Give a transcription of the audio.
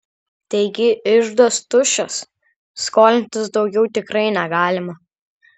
taigi iždas tuščias skolintis daugiau tikrai negalima